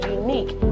unique